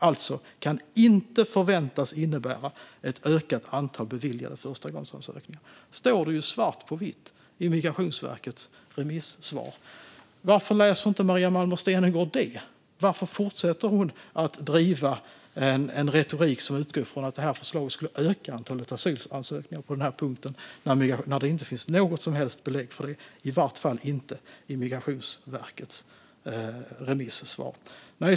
Alltså: kan inte förväntas innebära ett ökat antal beviljade förstagångsansökningar. Detta står svart på vitt i Migrationsverkets remissvar. Varför läser inte Maria Malmer Stenergard det? Varför fortsätter hon att driva en retorik som utgår från att förslaget skulle öka antalet asylansökningar på den här punkten när det inte finns något som helst belägg för det, i varje fall inte i Migrationsverkets remissvar?